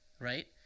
Right